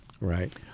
Right